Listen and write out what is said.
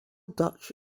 dutch